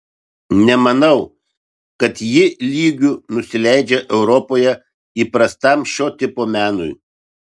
nemanau kad ji lygiu nusileidžia europoje įprastam šio tipo menui